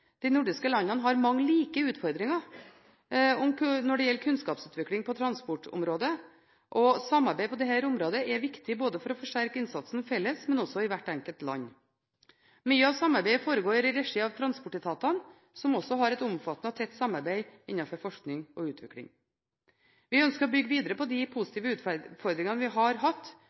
De nordiske landene har mange like utfordringer når det gjelder kunnskapsutvikling på transportområdet. Samarbeidet på dette området er viktig for å forsterke innsatsen felles, men også i hvert enkelt land. Mye av samarbeidet foregår i regi av transportetatene, som har et omfattende og tett samarbeid innenfor forskning og utvikling. Vi ønsker å bygge videre på de positive erfaringene vi har hatt